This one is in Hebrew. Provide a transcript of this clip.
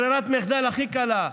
ברירת מחדל הכי קלה: